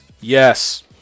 Yes